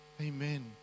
Amen